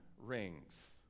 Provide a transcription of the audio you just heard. Rings